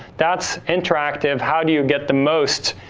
that's interactive, how do you get the most,